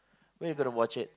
when you're gonna watch it